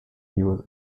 was